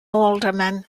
alderman